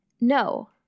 no